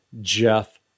Jeff